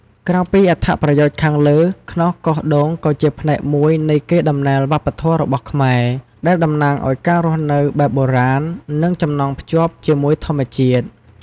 ក្រៅពីអត្ថប្រយោជន៍ខាងលើ ខ្នោសកោសដូងក៏ជាផ្នែកមួយនៃកេរដំណែលវប្បធម៌របស់ខ្មែរ ដែលតំណាងឲ្យការរស់នៅបែបបុរាណ និងចំណងភ្ជាប់ជាមួយធម្មជាតិ។